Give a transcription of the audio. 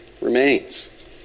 remains